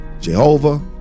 Jehovah